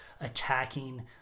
attacking